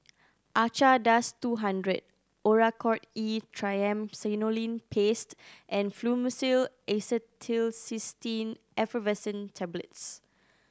Acardust two hundred Oracort E Triamcinolone Paste and Fluimucil Acetylcysteine Effervescent Tablets